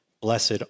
Blessed